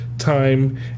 time